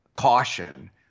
caution